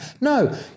No